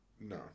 No